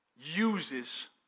uses